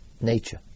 nature